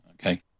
Okay